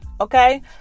Okay